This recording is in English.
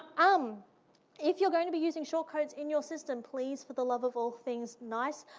um if you're going to be using short codes in your system, please for the love of all things nice,